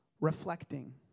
reflecting